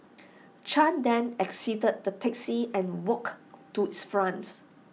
chan then exited the taxi and walked to its fronts